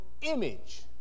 image